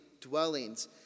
dwellings